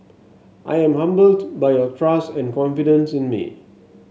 I am humbled by your trust and confidence in me